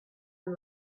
and